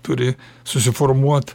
turi susiformuot